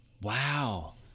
Wow